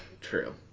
True